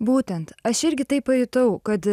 būtent aš irgi tai pajutau kad